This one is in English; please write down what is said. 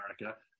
America